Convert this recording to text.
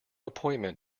appointment